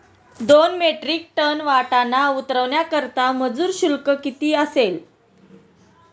दोन metric ton वाटाणा उतरवण्याकरता मजूर शुल्क किती असेल?